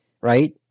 right